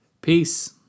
Peace